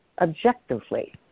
objectively